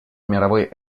мировой